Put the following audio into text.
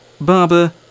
barber